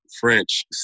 French